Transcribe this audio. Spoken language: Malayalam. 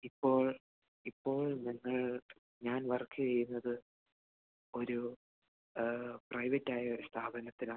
ഇപ്പോൾ ഇപ്പോൾ ഞങ്ങൾ ഞാൻ വർക്ക് ചെയ്യുന്നത് ഒരു പ്രൈവറ്റായൊരു സ്ഥാപനത്തിലാണ്